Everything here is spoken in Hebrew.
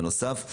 בנוסף,